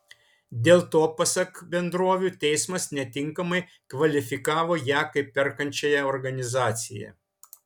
dėl to pasak bendrovių teismas netinkamai kvalifikavo ją kaip perkančiąją organizaciją